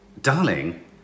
darling